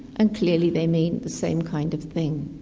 and clearly they mean the same kind of thing.